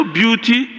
beauty